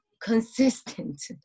consistent